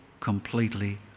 completely